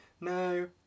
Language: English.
No